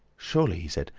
surely! he said,